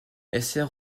essert